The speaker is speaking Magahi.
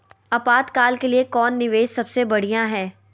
आपातकाल के लिए कौन निवेस सबसे बढ़िया है?